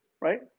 right